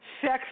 sex